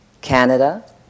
Canada